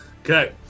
Okay